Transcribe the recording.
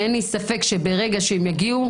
אין לי ספק שברגע שהם יגיעו,